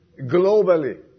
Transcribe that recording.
globally